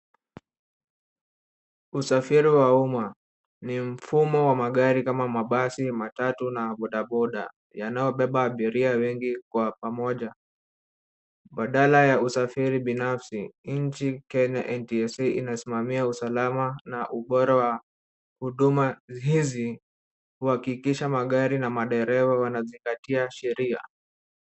Usafiri wa umma ni mfumo wa magari kama mabasi, matatu na bodaboda yanayobeba abiria wengi kwa pamoja. Badala ya usafiri binafsi nchi kenya NTSA inasimamia usalama na ubora wa huduma hizi, kuhakikisha magari na madereva wanazingatia sheria.